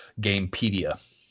gamepedia